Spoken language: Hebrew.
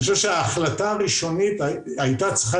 אני חושב שההחלטה הראשונית הייתה צריכה